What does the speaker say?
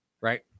Right